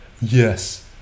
Yes